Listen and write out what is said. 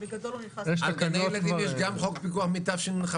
על גני ילדים יש גם חוק פיקוח מתשכ"ט.